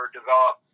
develop